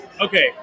okay